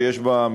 שיש בה,